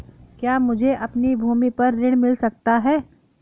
क्या मुझे अपनी भूमि पर ऋण मिल सकता है?